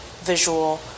visual